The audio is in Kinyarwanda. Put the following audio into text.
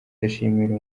ndashimira